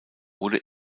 wurde